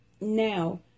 Now